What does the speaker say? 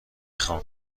خوام